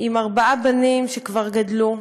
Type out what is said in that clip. עם ארבעה בנים שכבר גדלו,